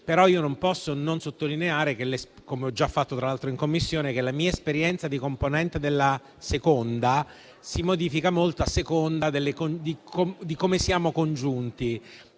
Però non posso non sottolineare - come ho già fatto tra l'altro in Commissione - che la mia esperienza di componente della 2a Commissione si modifica molto a seconda di come siamo congiunti.